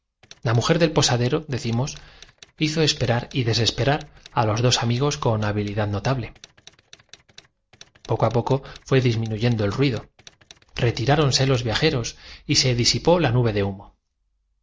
embellecidos mujer del posadero decimos hizo esperar y desesperar a los dos por los rayos del sol poniente habían admirado desde lo alto de las amigos con habilidad notabie poco a poco fué disminuyendo el ruido peñas toda ella pintada de rojo aquella hostería resaltaba de extra retiráronse los viajeros y se disipó la nube de humo